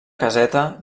caseta